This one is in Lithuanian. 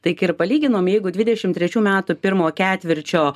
tik ir palyginom jeigu dvidešim trečių metų pirmo ketvirčio